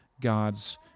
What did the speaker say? God's